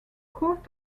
courts